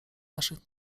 naszych